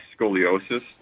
scoliosis